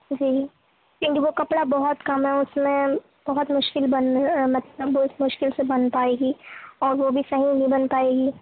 جی کیونکہ وہ کپڑا بہت کم ہے اس میں بہت مشکل بن مطلب بہت مشکل سے بن پائے گی اور وہ بھی صحیح نہیں بن پائے گی